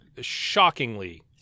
shockingly